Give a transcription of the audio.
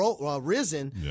risen